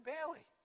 Bailey